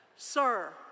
Sir